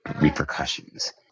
repercussions